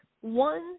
one